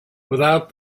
without